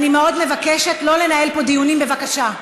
אני מאוד מבקשת שלא לנהל פה דיונים, בבקשה.